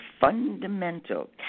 fundamental